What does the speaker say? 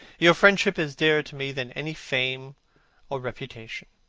your friendship is dearer to me than any fame or reputation.